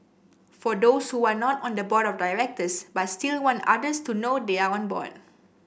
for those who are not on the board of directors but still want others to know they are on board